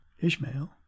Ishmael